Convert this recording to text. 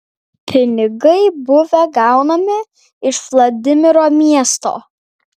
pinigai buvę gaunami iš vladimiro miesto